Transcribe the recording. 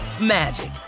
magic